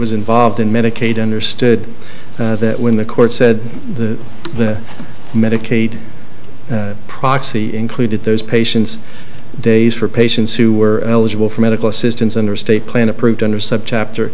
was involved in medicaid understood that when the court said the the medicaid proxy included those patients days for patients who were eligible for medical assistance under state plan approved under subchapter